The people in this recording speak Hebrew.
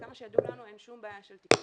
עד כמה שידוע לנו, אין שום בעיה של תקצוב.